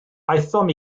aethom